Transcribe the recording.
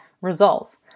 results